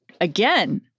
again